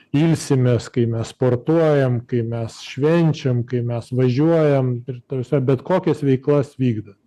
ilsimės kai mes sportuojam kai mes švenčiam kai mes važiuojam ir ta prasme bet kokias veiklas vykdom